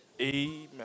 Amen